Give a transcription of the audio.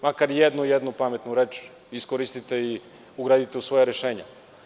Makar jednu pametnu reč iskoristite i ugradite u svoja rešenja.